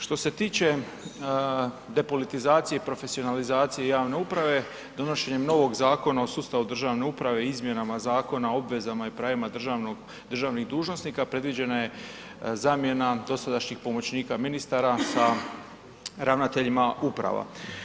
Što se tiče depolitizacije i profesionalizacije javne uprave, donošenjem novog Zakon o sustavu državne uprave, izmjenama Zakona o obvezama i pravima državnih dužnosnika, predviđena je zamjena dosadašnji pomoćnika ministara sa ravnateljima uprava.